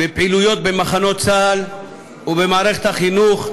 בפעילויות במחנות צה"ל ובמערכת החינוך,